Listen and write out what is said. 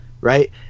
right